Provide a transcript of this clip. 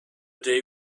day